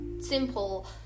simple